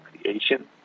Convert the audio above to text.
creation